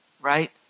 right